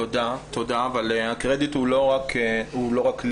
תודה, אבל הקרדיט הוא לא רק לי.